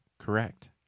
Correct